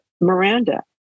Miranda